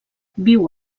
viu